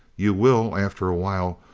you will, after a while,